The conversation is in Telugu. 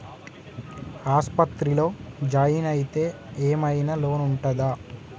ఆస్పత్రి లో జాయిన్ అయితే ఏం ఐనా లోన్ ఉంటదా?